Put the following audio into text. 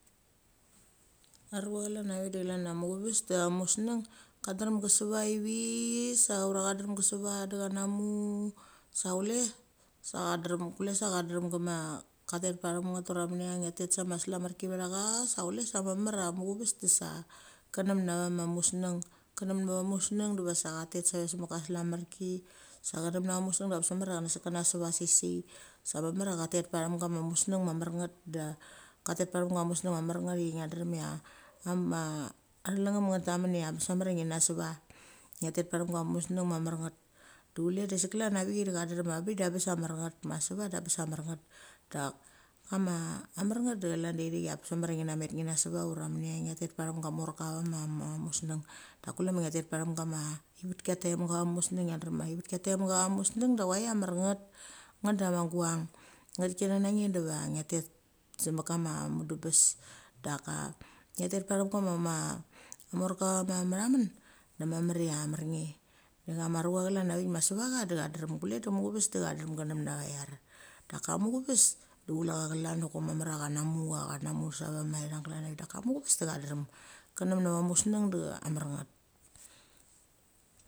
A rucha chlan a vik de chlan a muchaves de amusenag, ka drem ke seva sa ura cha drem che seva de cha namo sa chule, sa cha drem klue cha drem kema cha tet pacham nget ura minia ngia tet sa ma slamerki vetha cha sa chule sa mamar a muchaves de sa, kenam na va ma museng. Kenam na va museng diva cha tet sa ve se mit ka slamerki, sa kenap na ve museng diva aibes mamar cha then na seva seisei. Sa mamar cha tet pachen ka ma museng mama mar nget de katet pacham mamar nget ingia drem cha ama thalengem nga tamen ia abes mamar ia ngi na seva. Ngia tet pacham kama museng mamar nget. Do chule de sik klan a vikiae de cha drem a bik de a bes a mamar nget ma sevaabes a mar ngat. Dak kama amar ngat da chakn da irik abes mamar chia ngia na met ngia na seva ura minia ngia tet parem ga morka. Da kule ma ngia tet parem gama ivitki ataimga ava ma musneng, ngia darem chia ivitki ataimga ava musneng da chuai chia mar ngat. Ngat da ma guang. Nga thitikina na nge diva ngia tet, sima kama mudem pes. Daka ngia tet parem gama morka avama mira men, da mamar chia amar nge. De chama rucha chalan avik ma seva cha da cha drem kule da mucha ves da chadrem cha numnava iar. Daka muchuves da chula cha chalan oko ma mar chia chanamu, chanamu sava ma irang galan avik. Daka muchaves da cha drem ka numna ava ma musneng da mar ngat.